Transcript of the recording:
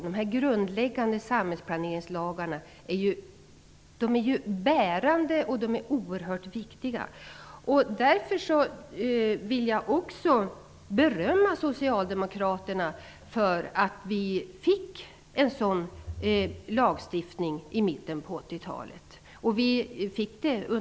De grundläggande samhällsplaneringslagarna, plan och bygglagen och naturresurslagen, är bärande och oerhört viktiga. Jag vill också berömma Socialdemokraterna för att det blev en sådan lagstiftning i mitten av 80-talet.